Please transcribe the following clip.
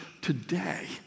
today